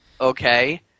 okay